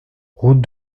route